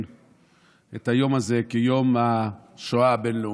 את היום הזה כיום השואה הבין-לאומי,